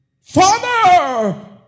Father